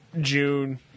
June